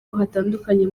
hatandukanye